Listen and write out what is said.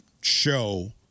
show